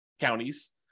counties